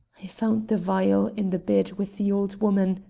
i found the vial in the bed with the old woman,